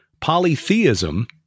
polytheism